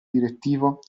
direttivo